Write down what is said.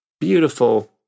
beautiful